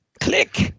click